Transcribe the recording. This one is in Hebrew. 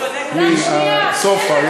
סופה.